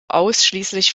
ausschließlich